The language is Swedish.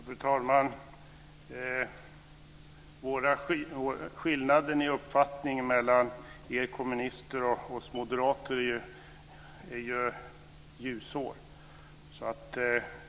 Fru talman! Skillnaden i uppfattning mellan er kommunister och oss moderater är ljusår.